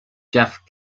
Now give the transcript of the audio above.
jeff